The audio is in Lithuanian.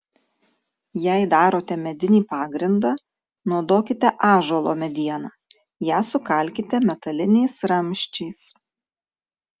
jei darote medinį pagrindą naudokite ąžuolo medieną ją sukalkite metaliniais ramsčiais